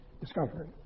discovery